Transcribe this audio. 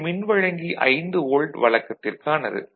இது மின்வழங்கி 5 வோல்ட் வழக்கத்திற்கானது